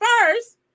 First